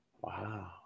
wow